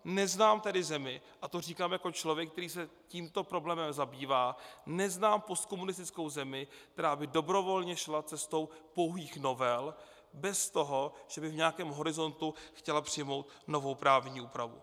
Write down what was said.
Neznám tedy zemi, a to říkám jako člověk, který se tímto problémem zabývá, neznám postkomunistickou zemi, která by dobrovolně šla cestou pouhých novel bez toho, že by v nějakém horizontu chtěla přijmout novou právní úpravu.